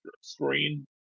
Screen